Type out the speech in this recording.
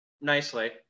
nicely